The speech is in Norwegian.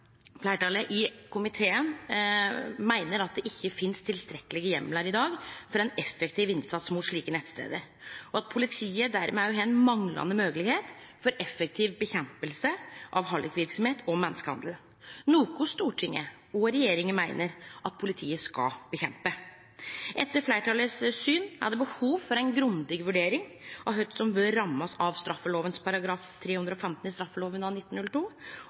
Fleirtalet i komiteen meiner at det i dag ikkje finst tilstrekkelege heimlar for ein effektiv innsats mot slike nettstader, og at politiet dermed manglar moglegheit for ei effektiv nedkjemping av hallikverksemd og menneskehandel, noko Stortinget og regjeringa meiner at politiet skal nedkjempe. Etter fleirtalet sitt syn er det behov for ei grundig vurdering av kva som bør rammast av § 315 i straffelova av